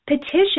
petition